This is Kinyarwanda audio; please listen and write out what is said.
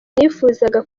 nifuzaga